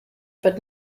but